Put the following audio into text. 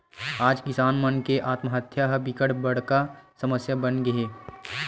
आज किसान मन के आत्महत्या ह बिकट बड़का समस्या बनगे हे